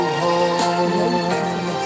home